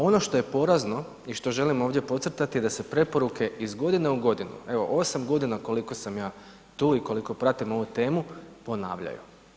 Ono što je porazno i što želimo ovdje podcrtati je da se preporuke iz godine u godinu, evo 8.g. koliko sam ja tu i koliko pratim ovu temu, ponavljaju.